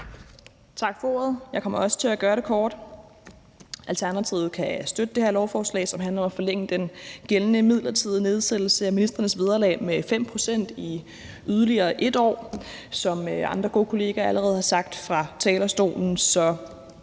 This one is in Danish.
Tak for ordet. Jeg kommer også til at gøre det kort. Alternativet kan støtte det her lovforslag, som handler om at forlænge den gældende midlertidige nedsættelse af ministrenes vederlag med 5 pct. i yderligere 1 år. Som andre gode kollegaer allerede har sagt fra talerstolen, er